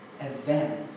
event